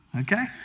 Okay